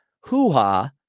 hoo-ha